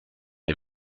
est